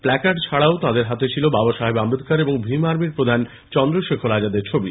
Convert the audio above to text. placard ছাড়াও তাদের হাতে ছিল বাবাসাহেব আম্বেদকর এবং ভীম আর্মির প্রধান চন্দ্রশেখর আজাদের ছবি